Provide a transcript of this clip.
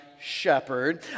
shepherd